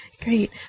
Great